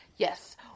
Yes